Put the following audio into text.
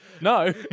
no